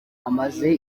amaze